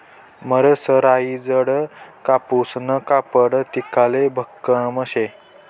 मरसराईजडं कापूसनं कापड टिकाले भक्कम शे